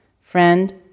friend